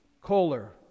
Kohler